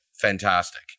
fantastic